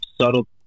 subtle